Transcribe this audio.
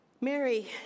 Mary